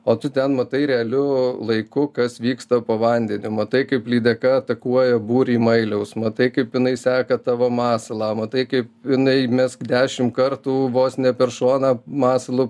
o tu ten matai realiu laiku kas vyksta po vandeniu matai kaip lydeka atakuoja būrį mailiaus matai kaip jinai seka tavo masalą matai kaip jinai mesk dešim kartų vos ne per šoną masalu